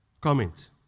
comment